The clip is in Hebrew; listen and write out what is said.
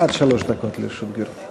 עד שלוש דקות לרשות גברתי.